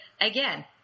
again